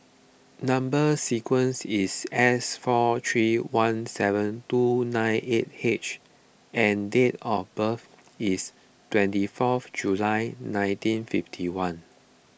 Number Sequence is S four three one seven two nine eight H and date of birth is twenty fourth July nineteen fifty one